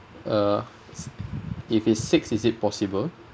uh s~ if it's six is it possible